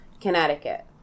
Connecticut